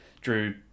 drew